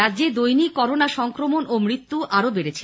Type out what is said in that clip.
রাজ্যে দৈনিক করোনা সংক্রমণ ও মৃত্যু আরও বেড়েছে